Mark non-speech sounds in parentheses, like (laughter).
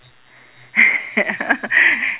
(laughs) ya